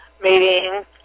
meeting